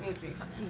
maybe they pricey